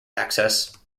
access